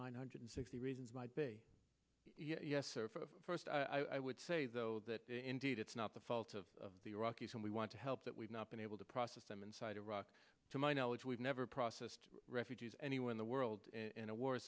nine hundred sixty reasons might be yes sir first i would say though that indeed it's not the fault of the rockies and we want to help that we've not been able to process them inside iraq to my knowledge we've never processed refugees anywhere in the world in a war